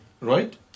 Right